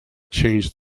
changed